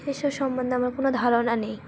এসব সম্বন্ধে আমার কোনো ধারণা নেই